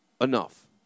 enough